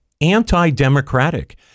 anti-democratic